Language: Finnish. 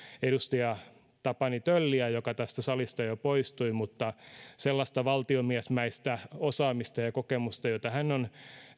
edustaja tapani tölliä joka tästä salista jo poistui sellaista valtiomiesmäistä osaamista ja ja kokemusta jota hän on